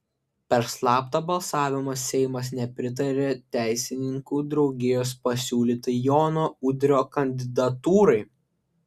per slaptą balsavimą seimas nepritarė teisininkų draugijos pasiūlytai jono udrio kandidatūrai